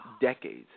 Decades